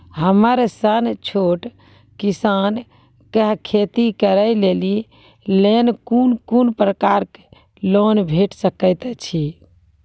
हमर सन छोट किसान कअ खेती करै लेली लेल कून कून प्रकारक लोन भेट सकैत अछि?